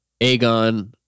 Aegon